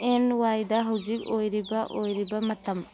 and ꯋꯥꯏꯗ ꯍꯧꯖꯤꯛ ꯑꯣꯏꯔꯤꯕ ꯑꯣꯏꯔꯤꯕ ꯃꯇꯝ